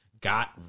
got